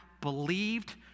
believed